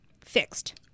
fixed